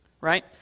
Right